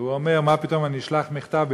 והוא אומר: מה פתאום אני אשלח מכתב?